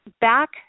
Back